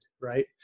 right